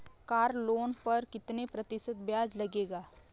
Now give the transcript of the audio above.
Car loan पर कितने प्रतिशत ब्याज लगेगा?